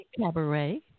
Cabaret